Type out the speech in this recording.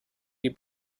die